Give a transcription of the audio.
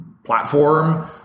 platform